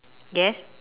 yes